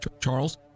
Charles